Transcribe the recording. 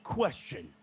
question